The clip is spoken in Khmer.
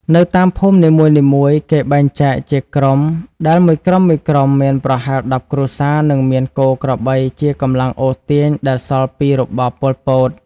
នៅតាមភូមិនីមួយៗ គេបែងចែកជាក្រុមដែលមួយក្រុមៗមានប្រហែល ១០គ្រួសារ និងមានគោ ក្របី ជា កម្លាំងអូសទាញដែលសល់ពីរបប ប៉ុល ពត។